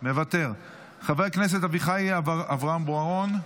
מוותר, חבר הכנסת אביחי אברהם בוארון,